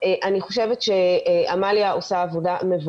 ואני חושבת שגם באזורים פלשתינים נוספים לא מודעים למה הם